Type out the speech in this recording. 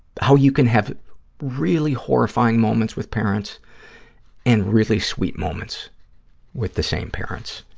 how you can have really horrifying moments with parents and really sweet moments with the same parents,